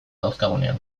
dauzkagunean